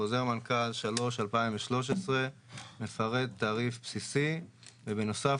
חוזר מנכ"ל 3/2013 מפרט תעריף בסיסי ובנוסף